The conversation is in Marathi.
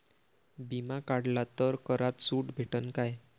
बिमा काढला तर करात सूट भेटन काय?